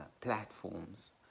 platforms